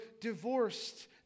divorced